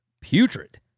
putrid